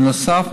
בנוסף,